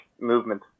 movement